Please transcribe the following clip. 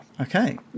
Okay